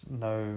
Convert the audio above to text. no